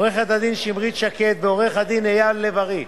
עורכת-הדין שמרית שקד ועורך-הדין אייל לב-ארי,